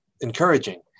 encouraging